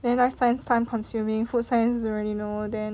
then life science time consuming food science already know then